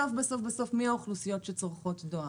מי האוכלוסיות שצורכות דואר?